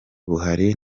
buhari